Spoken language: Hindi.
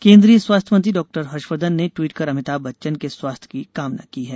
केन्द्रीय स्वास्थ्य मंत्री डाक्टर हर्षवर्द्वन ने ट्वीट कर अमिताभ बच्चन के स्वास्थ्य की कामना की है